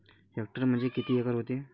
Hectare म्हणजे किती acre व्हते?